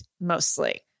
mostly